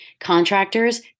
Contractors